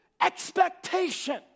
expectation